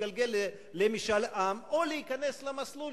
להתגלגל למשאל עם או להיכנס למסלול,